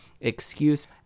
excuse